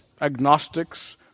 agnostics